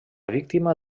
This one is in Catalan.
víctima